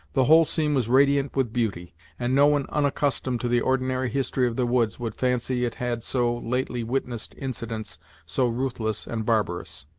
the whole scene was radiant with beauty and no one unaccustomed to the ordinary history of the woods would fancy it had so lately witnessed incidents so ruthless and barbarous.